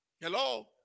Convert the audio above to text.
Hello